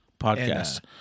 podcast